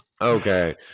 okay